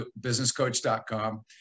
businesscoach.com